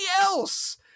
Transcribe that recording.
else